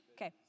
okay